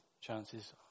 chances